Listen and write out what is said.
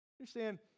Understand